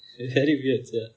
very weird sia